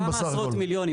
זה כמה עשרות מיליונים.